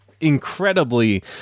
incredibly